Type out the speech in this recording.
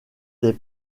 des